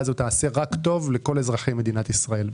הזאת תעשה רק טוב לכל אזרחי מדינת ישראל.